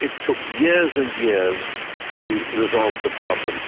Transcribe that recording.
it took years and years to resolve the problem.